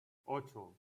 ocho